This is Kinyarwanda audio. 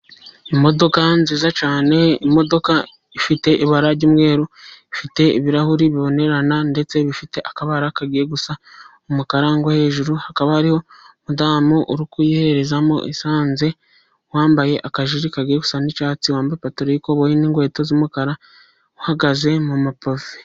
Imodoka nziza cyane, imodoka ifite ibara ry’umweru. Ifite ibirahuri bibonerana, ndetse bifite akabara kagiye gusa n’umukara hejuru. Hakaba hari umudamu uri kuyiherezamo esanse, wambaye akajire kagiye gusa n’icyatsi, wambaye ipantalo y'ikoboyi n’inkweto z’umukara, uhagaze mu mapave.